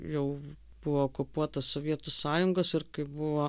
jau buvo okupuota sovietų sąjungos ir kai buvo